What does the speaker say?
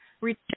Reach